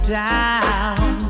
down